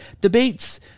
debates